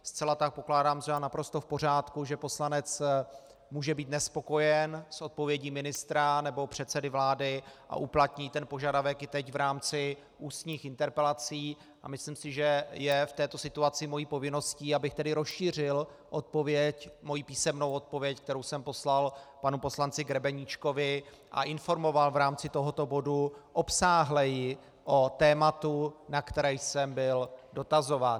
Zcela tak pokládám za naprosto v pořádku, že poslanec může být nespokojen s odpovědí ministra nebo předsedy vlády a uplatní ten požadavek i teď v rámci ústních interpelací, a myslím si, že je v této situaci mou povinností, abych rozšířil svou písemnou odpověď, kterou jsem poslal panu poslanci Grebeníčkovi, a informoval v rámci tohoto bodu obsáhleji o tématu, na které jsem byl dotazován.